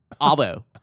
Abo